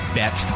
bet